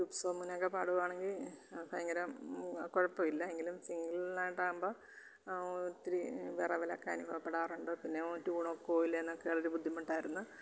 group സോങ്ങിനൊക്കെ പാടുവാണെങ്കിൽ ഭയങ്കര മൂ കുഴപ്പമില്ല എങ്കിലും സിംഗിളായിട്ടാകുമ്പോൾ ഒത്തിരി വെറവല്ലൊക്കെ അനുഭവപ്പെടാറുണ്ട് പിന്നെ ട്യൂൺ ഒക്കുകയും ഇല്ല എന്നൊക്കെ ഒരു ബുദ്ധിമുട്ടായിരുന്നു